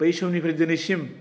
बै समनिफ्राय दिनैसिम